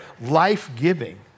life-giving